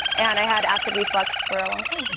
and i had acid reflux for a long time.